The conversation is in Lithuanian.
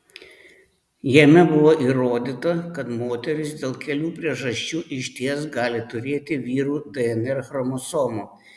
jame buvo įrodyta kad moterys dėl kelių priežasčių išties gali turėti vyrų dnr chromosomų